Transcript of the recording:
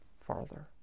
farther